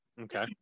Okay